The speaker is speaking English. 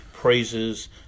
praises